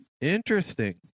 Interesting